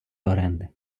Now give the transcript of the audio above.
оренди